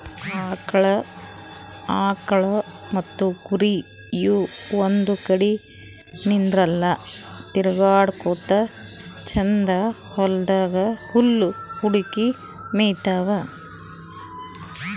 ಆಕಳ್ ಮತ್ತ್ ಕುರಿ ಇವ್ ಒಂದ್ ಕಡಿ ನಿಂದ್ರಲ್ಲಾ ತಿರ್ಗಾಡಕೋತ್ ಛಂದನ್ದ್ ಹುಲ್ಲ್ ಹುಡುಕಿ ಮೇಯ್ತಾವ್